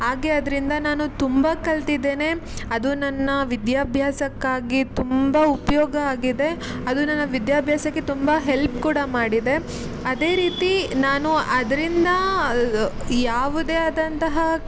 ಹಾಗೆ ಅದರಿಂದ ನಾನು ತುಂಬ ಕಲಿತಿದ್ದೇನೆ ಅದು ನನ್ನ ವಿದ್ಯಾಭ್ಯಾಸಕ್ಕಾಗಿ ತುಂಬ ಉಪಯೋಗ ಆಗಿದೆ ಅದು ನನ್ನ ವಿದ್ಯಾಭ್ಯಾಸಕ್ಕೆ ತುಂಬ ಹೆಲ್ಪ್ ಕೂಡ ಮಾಡಿದೆ ಅದೇ ರೀತಿ ನಾನು ಅದರಿಂದ ಯಾವುದೇ ಆದಂತಹ